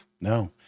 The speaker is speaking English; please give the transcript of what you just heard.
No